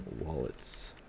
wallets